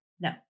no